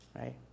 right